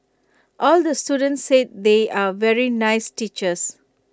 all the students said they are very nice teachers